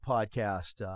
Podcast